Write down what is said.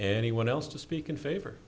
anyone else to speak in favor